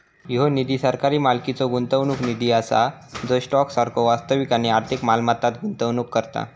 ह्यो निधी सरकारी मालकीचो गुंतवणूक निधी असा जो स्टॉक सारखो वास्तविक आणि आर्थिक मालमत्तांत गुंतवणूक करता